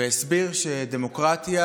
והסביר שדמוקרטיה